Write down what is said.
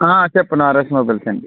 చెప్పండి RS mobiles అండి